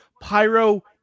pyro